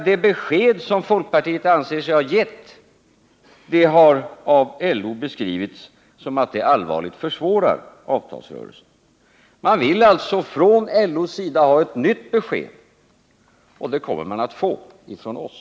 Det besked som folkpartiet anser sig ha givit harav LO beskrivits så, att det allvarligt försvårar avtalsrörelsen. LO vill alltså ha ett nytt besked. Och det kommer man att få — från oss.